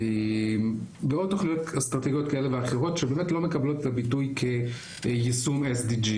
ועוד תוכניות אסטרטגיות שבאמת לא מקבלות את הביטוי כיישום SDG,